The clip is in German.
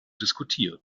diskutieren